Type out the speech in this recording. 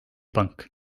pank